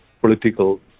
political